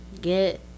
get